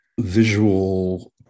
visual